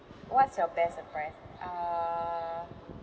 what's your best surprise uh